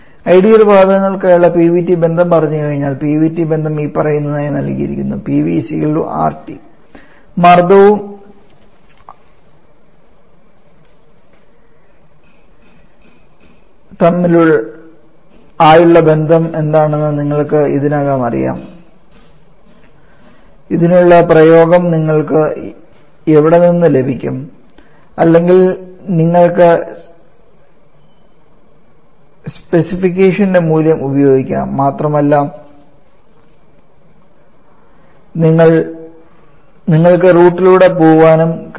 ideal വാതകങ്ങൾക്കായുള്ള P v T ബന്ധം അറിഞ്ഞുകഴിഞ്ഞാൽ P v T ബന്ധം ഇനിപ്പറയുന്നതായി നൽകിയിരിക്കുന്നു Pv RT മർദ്ദവും ആയുള്ള ബന്ധമെന്താണെന്ന് നിങ്ങൾക്ക് ഇതിനകം അറിയാം ഇതിനുള്ള പ്രയോഗം നിങ്ങൾക്ക് എവിടെ നിന്ന് ലഭിക്കും അല്ലെങ്കിൽ നിങ്ങൾക്ക് സ്പെസിഫിക്കേഷന്റെ മൂല്യം ഉപയോഗിക്കാം മാത്രമല്ല നിങ്ങൾക്ക് റൂട്ടിലൂടെ പോകാനും കഴിയും